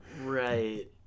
Right